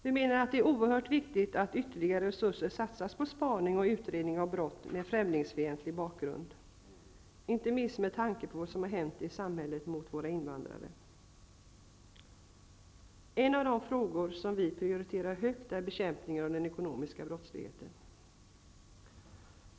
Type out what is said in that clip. Vi menar att det är oerhört viktigt att ytterligare resurser satsas på spaning och utredning av brott med främlingsfientlig bakgrund -- inte minst med tanke på vad som hänt i samhället mot våra invandrare. En av de frågor som vi prioriterar högt är bekämpningen av den ekonomiska brottsligheten.